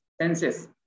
senses